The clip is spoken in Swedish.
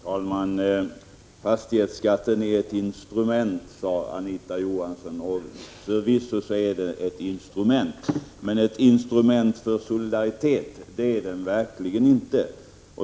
Fru talman! Fastighetsskatten är ett instrument, sade Anita Johansson. Förvisso är den ett instrument, men ett instrument för solidaritet är den verkligen inte.